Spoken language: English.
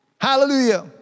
Hallelujah